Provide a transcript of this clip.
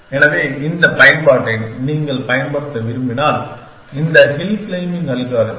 எனவே இந்த பயன்பாட்டை நீங்கள் பயன்படுத்த விரும்பினால் இந்த ஹில் க்ளைம்பிங் அல்காரிதம்